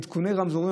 עדכוני רמזורים,